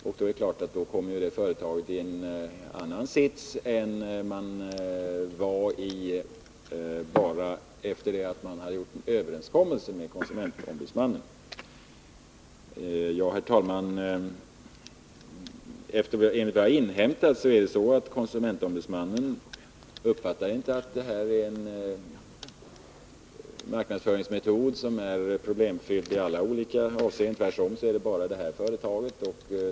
Det är klart att företaget då kommer i en annan situation än det var i efter det att överenskommelsen med KO hade träffats. Herr talman! Enligt vad jag har inhämtat uppfattar KO inte den här marknadsföringsmetoden som problemfylld i alla avseenden. Tvärtom gäller det bara ett företag.